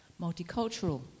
multicultural